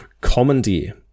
Commandeer